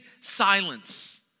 silence